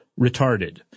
retarded